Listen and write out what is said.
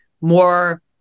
more